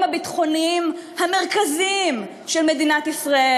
הביטחוניים המרכזיים של מדינת ישראל,